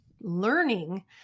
learning